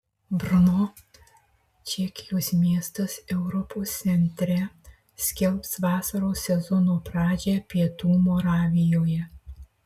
brno čekijos miestas europos centre skelbs vasaros sezono pradžią pietų moravijoje